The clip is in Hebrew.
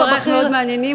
אומנם דברייך מאוד מעניינים,